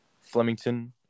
Flemington